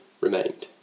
remained